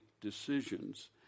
decisions